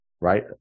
right